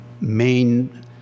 main